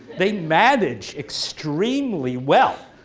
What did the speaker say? they manage extremely well.